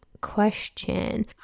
question